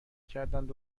کردند